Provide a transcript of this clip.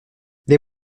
les